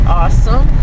awesome